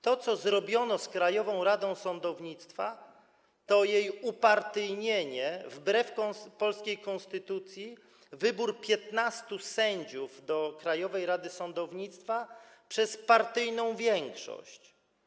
To co zrobiono z Krajową Radą Sądownictwa, to jej upartyjnienie wbrew polskiej konstytucji, to wybór 15 sędziów do Krajowej Rady Sądownictwa przez partyjną większość.